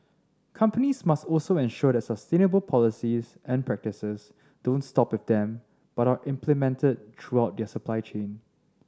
companies must also ensure that sustainable policies and practices don't stop with them but are implemented throughout their supply chain